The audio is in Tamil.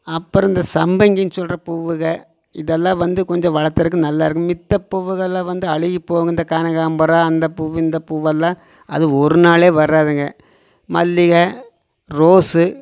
அப்புறோம் இந்த சம்பங்கி சொல்கிற பூவு இதெல்லாம் கொஞ்சம் வளர்த்துறக்கு நல்லாயிருக்கும் மத்த பூவுகல்லாம் வந்து அழுகி போகும் இந்த கனகாம்பரம் அந்த பூ இந்த பூவல்லாம் அது ஒரு நாள் வராதுங்க மல்லிகை ரோஸு